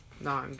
No